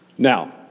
Now